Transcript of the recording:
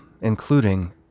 including